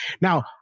Now